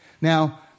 Now